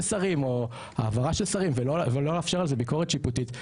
שרים או העברה של שרים ולא לאפשר על זה ביקורת שיפוטית,